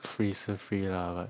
free 是 free lah but